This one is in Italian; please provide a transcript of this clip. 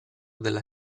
della